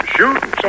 Shooting